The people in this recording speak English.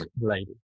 lady